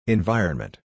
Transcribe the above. Environment